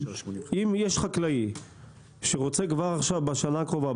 אם יש חקלאי שרוצה כבר עכשיו בשנה הקרובה,